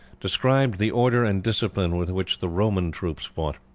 described the order and discipline with which the roman troops fought.